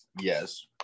yes